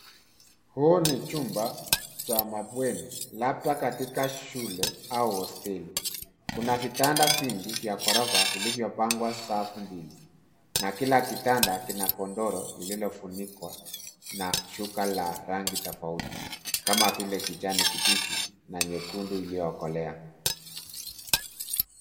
Huu ni chumba cha mabweni labda katika shule au hosteli. Kuna vitanda vingi vya ghorofa vilivyopangwa safu mbili na kila kitanda kina godoro lililofunikwa na shuka la rangi tofauti kama vile kijani kibichi na nyekundu iliyokolea.